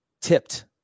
tipped